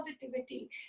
positivity